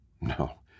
No